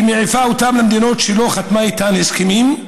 היא מעיפה אותם למדינות שלא חתמה איתן הסכמים,